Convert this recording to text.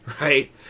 right